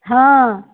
हँ